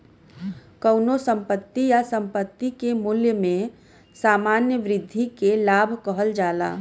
कउनो संपत्ति या संपत्ति के मूल्य में सामान्य वृद्धि के लाभ कहल जाला